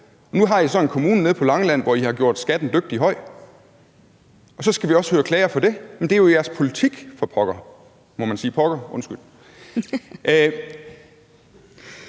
Nu har I så en kommune nede på Langeland, hvor I har gjort skatten dygtig høj, og så skal vi også høre klager for det, men det er jo jeres politik, for pokker. Må man sige for pokker? Undskyld.